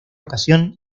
ocasión